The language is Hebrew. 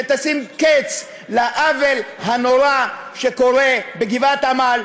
שתשים קץ לעוול הנורא שקורה בגבעת עמל.